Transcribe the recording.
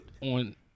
on